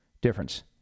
difference